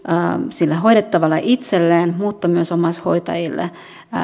hoidettavalle itselleen mutta myös omaishoitajille